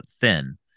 thin